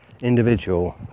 individual